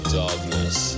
darkness